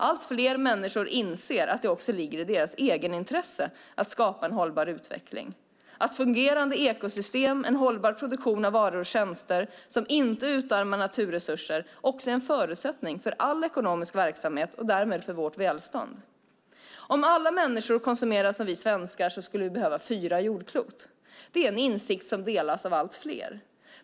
Allt fler människor inser att det också ligger i deras egenintresse att skapa en hållbar utveckling. Ett fungerande ekosystem och en hållbar produktion av varor och tjänster som inte utarmar naturresurser är en förutsättning för all ekonomisk verksamhet och därmed för vårt välstånd. Om alla människor konsumerar som vi svenskar skulle vi behöva fyra jordklot. Det är en insikt som delas av allt fler.